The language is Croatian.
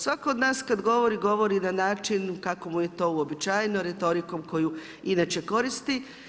Svatko od nas kada govori, govori na način kako mu je to uobičajeno retorikom koju inače koristi.